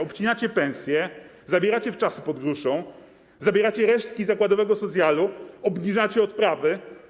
Obcinacie pensje, zabieracie wczasy pod gruszą, zabieracie resztki zakładowego socjalu, obniżacie odprawy.